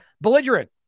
belligerent